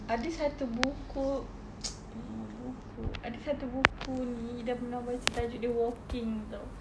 ada satu buku ah buku ada satu buku ini ida pernah baca tajuk dia walking [tau]